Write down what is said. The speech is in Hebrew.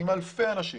עם אלפי אנשים.